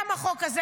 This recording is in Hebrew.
גם החוק הזה,